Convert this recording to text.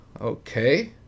Okay